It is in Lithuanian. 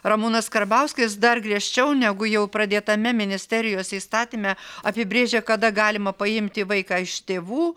ramūnas karbauskis dar griežčiau negu jau pradėtame ministerijos įstatyme apibrėžia kada galima paimti vaiką iš tėvų